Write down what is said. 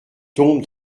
tombe